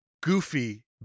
goofy